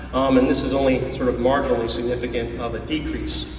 um and this is only and sort of marginally significant of a decrease.